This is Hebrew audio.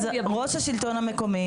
אז אם ראש השלטון המקומי,